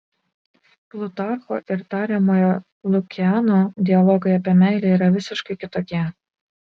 plutarcho ir tariamojo lukiano dialogai apie meilę yra visiškai kitokie